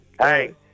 Hey